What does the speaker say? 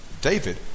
David